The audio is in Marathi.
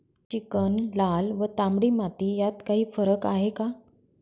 चिकण, लाल व तांबडी माती यात काही फरक आहे का?